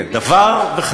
ואני מתבייש.